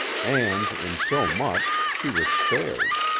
and, in so much, she was spared.